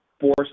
force